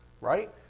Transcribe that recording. right